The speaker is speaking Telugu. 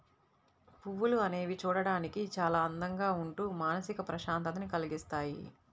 పువ్వులు అనేవి చూడడానికి చాలా అందంగా ఉంటూ మానసిక ప్రశాంతతని కల్గిస్తాయి